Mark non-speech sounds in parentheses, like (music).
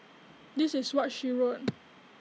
this is what she wrote (noise)